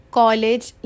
college